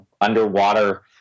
underwater